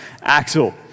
Axel